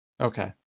okay